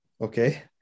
Okay